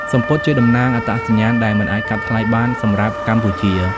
សំពត់ជាតំណាងអត្តសញ្ញាណដែលមិនអាចកាត់ថ្លៃបានសម្រាប់កម្ពុជា។